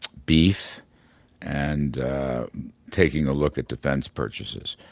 beef and taking a look at defense purchases.